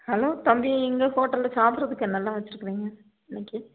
hello தம்பி இங்கே ஹோட்டலில் சாப்பிட்றதுக்கு என்னெல்லாம் வச்சுருக்குறீங்க இன்னைக்கு